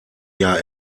jahr